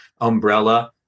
umbrella